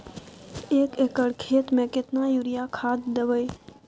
एक एकर खेत मे केतना यूरिया खाद दैबे?